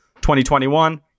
2021